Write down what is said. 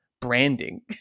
branding